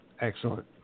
Excellent